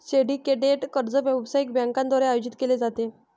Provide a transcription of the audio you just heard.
syndicated कर्ज व्यावसायिक बँकांद्वारे आयोजित केले जाते